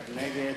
נגד